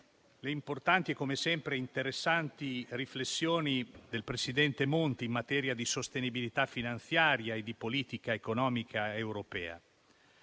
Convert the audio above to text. le importanti e, come sempre, interessanti riflessioni del presidente Monti in materia di sostenibilità finanziaria e di politica economica europea.